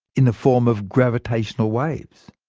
in the form of gravitational waves.